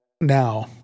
Now